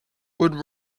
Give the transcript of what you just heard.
would